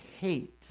hate